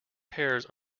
pears